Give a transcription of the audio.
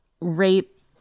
rape